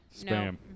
Spam